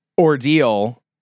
ordeal